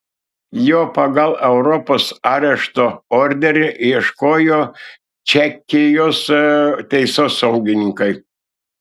jo pagal europos arešto orderį ieškojo čekijos teisėsaugininkai